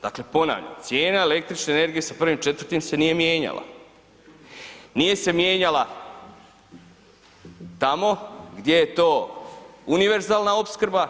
Dakle, ponavljam cijena električne energije sa 1.4. se nije mijenjala, nije se mijenjala tamo gdje je to univerzalna opskrba.